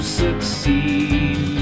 succeed